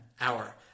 hour